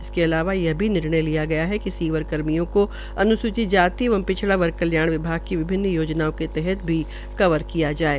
इसके अलावा यह भी निर्णय लिया गया है कि सीवर कर्मियों को अन्स्चित जाति एवं पिछड़ा वर्ग कल्याण विभाग की विभिन्न योजनाओं के तहत भी कवर किया जाएगा